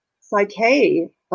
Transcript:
Psyche